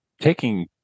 taking